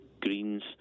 greens